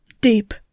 deep